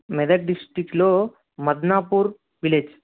మెదక్ డిస్టిక్లో మద్నాపూర్ విలేజ్